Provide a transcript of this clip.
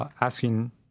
asking